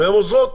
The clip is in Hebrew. והן עוזרות,